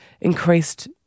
increased